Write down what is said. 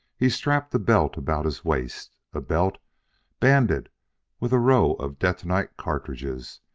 he strapped a belt about his waist, a belt banded with a row of detonite cartridges,